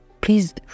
Please